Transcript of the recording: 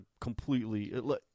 completely